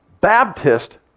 Baptist